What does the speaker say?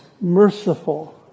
merciful